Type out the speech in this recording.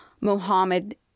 mohammed